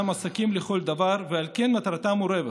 עסקים לכל דבר ועל כן מטרתן היא רווח,